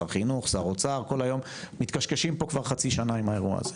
שר חינוך מתקשקשים פה כבר חצי שנה עם הסיפור הזה,